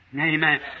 Amen